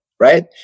right